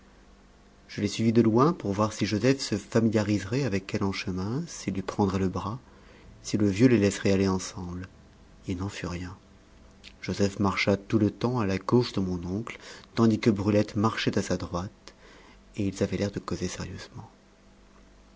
je les suivis de loin pour voir si joseph se familiariserait avec elle en chemin s'il lui prendrait le bras si le vieux les laisserait aller ensemble il n'en fut rien joseph marcha tout le temps à la gauche de mon oncle tandis que brulette marchait à droite et ils avaient l'air de causer sérieusement